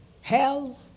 Hell